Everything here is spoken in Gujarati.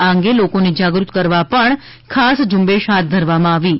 આ અંગે લોકો ને જાગૃત કરવા પણ ખાસ ઝુંબેશ હાથ ધરવામાં આવી હતી